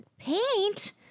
Paint